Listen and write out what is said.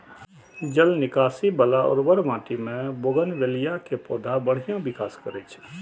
जल निकासी बला उर्वर माटि मे बोगनवेलिया के पौधा बढ़िया विकास करै छै